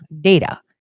data